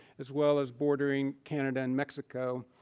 as well as bordering canada and mexico.